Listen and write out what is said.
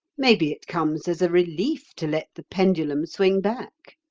maybe it comes as a relief to let the pendulum swing back.